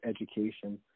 education